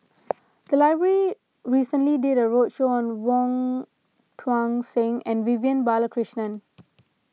the library recently did a roadshow on Wong Tuang Seng and Vivian Balakrishnan